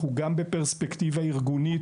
גם אנחנו נמצאים בפרספקטיבה ארגונית,